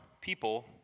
people